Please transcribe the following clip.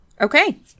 Okay